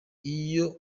iyo